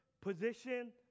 position